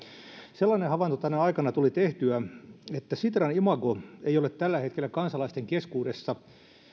sellainen havainto tänä aikana tuli tehtyä että sitran imago ei ole tällä hetkellä kansalaisten keskuudessa